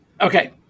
Okay